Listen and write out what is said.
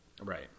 Right